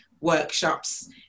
workshops